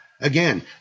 Again